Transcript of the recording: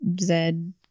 Zed